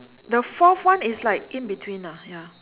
the fourth one is like in between ah ya